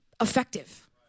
effective